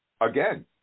again